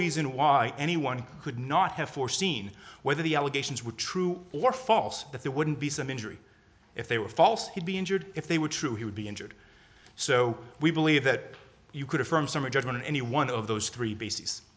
reason why anyone could not have foreseen whether the allegations were true or false that there wouldn't be some injury if they were false he'd be injured if they were true he would be injured so we believe that you could affirm summary judgment in any one of those three bas